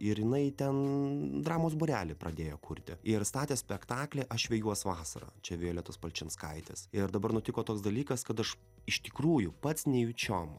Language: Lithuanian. ir jinai ten dramos būrelį pradėjo kurti ir statė spektaklį aš vejuos vasarą čia violetos palčinskaitės ir dabar nutiko toks dalykas kad aš iš tikrųjų pats nejučiom